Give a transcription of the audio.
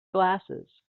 glasses